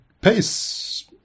pace